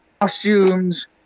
costumes